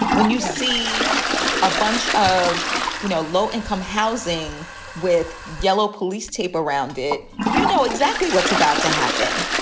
when you see a bunch of you know low income housing with yellow police tape around it, you know exactly what's about to happen.